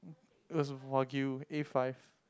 it was Wagyu A-five